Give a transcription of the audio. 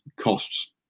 costs